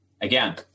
again